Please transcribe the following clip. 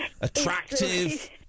attractive